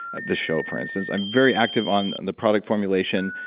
like this show for instance. i'm very active on and the product formulation,